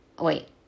wait